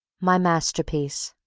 my masterpiece